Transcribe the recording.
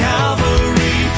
Calvary